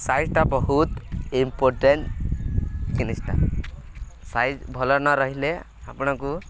ସାଇଜ୍ଟା ବହୁତ ଇମ୍ପୋର୍ଟେଣ୍ଟ ଜିନିଷଟା ସାଇଜ୍ ଭଲ ନ ରହିଲେ ଆପଣଙ୍କୁ